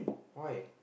why